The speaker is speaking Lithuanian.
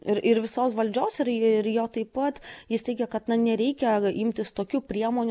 ir ir visos valdžios ir ir jo taip pat jis teigė kad na nereikia imtis tokių priemonių